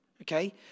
okay